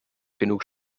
genug